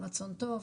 רצון טוב.